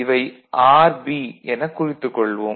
இவை RB என குறித்துக் கொள்வோம்